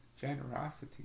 generosity